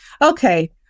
Okay